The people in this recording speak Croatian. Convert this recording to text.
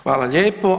Hvala lijepo.